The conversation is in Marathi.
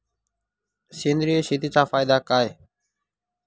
सेंद्रिय शेतीचा फायदा काय?